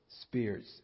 spirits